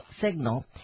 Signal